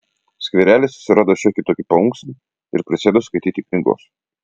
skverely susirado šiokį tokį paunksnį ir prisėdo skaityti knygos